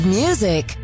music